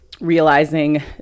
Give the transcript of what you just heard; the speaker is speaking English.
realizing